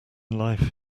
life